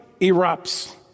erupts